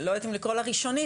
לא יודעת אם לקרוא לה ראשונית,